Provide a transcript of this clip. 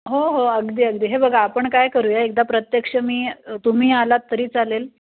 हो हो अगदी अगदी हे बघा आपण काय करूया एकदा प्रत्यक्ष मी तुम्ही आलात तरी चालेल